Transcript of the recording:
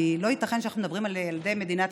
כי לא ייתכן שאנו מדברים על ילדי מדינת